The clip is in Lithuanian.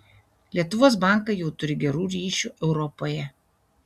lietuvos bankai jau turi gerų ryšių europoje